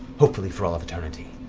hopefully for all of eternity.